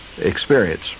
experience